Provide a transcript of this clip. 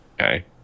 okay